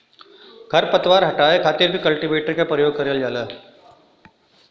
खर पतवार हटावे खातिर भी कल्टीवेटर क परियोग करल जाला